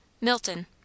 Milton